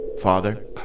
Father